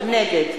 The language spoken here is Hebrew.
נגד